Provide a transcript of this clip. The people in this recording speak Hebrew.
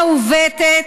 מעוותת,